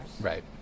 Right